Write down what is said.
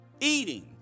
Eating